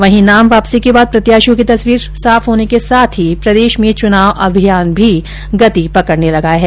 इधर नाम वापसी के बाद प्रत्याशियों की तस्वीर साफ होने के साथ ही प्रदेश में चुनाव अभियान भी गति पकड़ने लगा है